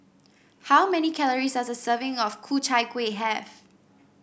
how many calories does a serving of Ku Chai Kuih have